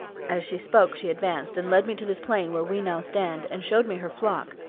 as she spoke she advanced, and led me to this plain where we now stand, and showed me her flock,